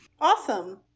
awesome